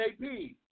JP